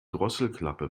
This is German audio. drosselklappe